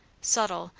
subtle,